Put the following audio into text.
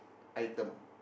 item